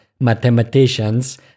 mathematicians